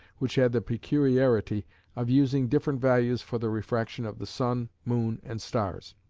which had the peculiarity of using different values for the refraction of the sun, moon, and stars.